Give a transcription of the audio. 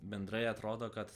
bendrai atrodo kad